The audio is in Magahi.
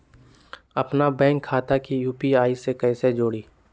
अपना बैंक खाता के यू.पी.आई से कईसे जोड़ी?